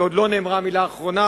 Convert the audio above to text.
ועוד לא נאמרה המלה האחרונה.